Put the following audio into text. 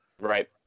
Right